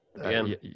again